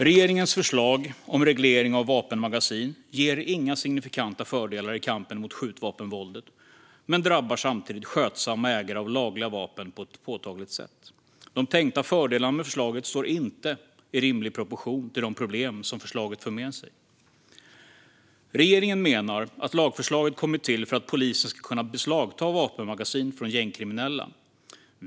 Regeringens förslag om reglering av vapenmagasin ger inga signifikanta fördelar i kampen mot skjutvapenvåldet, men det drabbar skötsamma ägare av lagliga vapen på ett påtagligt sätt. De tänkta fördelarna med förslaget står inte i rimlig proportion till de problem som förslaget för med sig. Regeringen menar att lagförslaget kommit till för att polisen ska kunna beslagta vapenmagasin från gängkriminella.